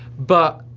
but